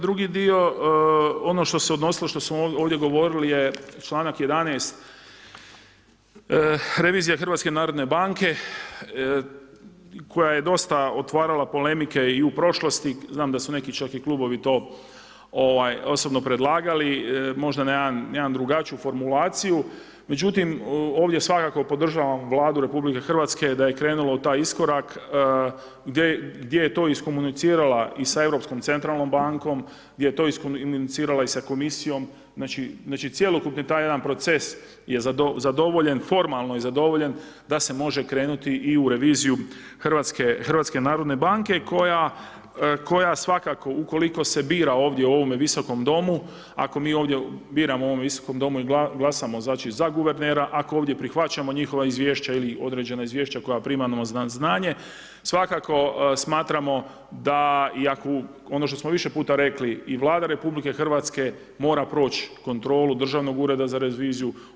Drugi dio, ono što se je odnosilo, što smo ovdje govorili je čl. 11. revizija HNB-a koja je dosta otvarala polemike i u prošlosti, znam da su neki čak i klubovi čak i to osobno predlagali možda na jednu drugačiju formulaciju međutim ovdje svakako podržavam Vladu RH da je krenula u taj iskorak gdje je to iskomunicirala i sa Europskom centralnom bankom, gdje je to iskomunicirala i sa komisijom, znači cjelokupni taj jedan proces je zadovoljen, formalno je zadovoljen da se može krenuti i u reviziju HNB-a koja svakako ukoliko se bira ovdje u ovome Visokom domu, ako mi ovdje biramo u ovom Visokom domu i glasamo znači za guvernera, ako ovdje prihvaćamo njihova izvješća ili određena izvješća koja primamo na znanje svakako smatramo da i ako, ono što smo više puta rekli i Vlada RH mora proći kontrolu Državnog ureda za reviziju.